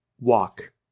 walk